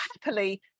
happily